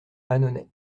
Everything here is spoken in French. annonay